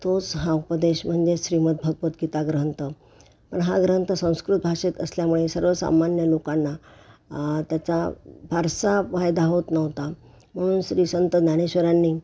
तोच हा प्रदेश म्हणजे श्रीमद्भगवद्गीता ग्रंथ पण हा ग्रंथ संस्कृत भाषेत असल्यामुळे सर्वसामान्य लोकांना त्याचा फारसा फायदा होत नव्हता म्हणून श्री संत ज्ञानेश्वरांनी